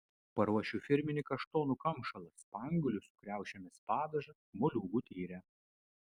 paruošiu firminį kaštonų kamšalą spanguolių su kriaušėmis padažą moliūgų tyrę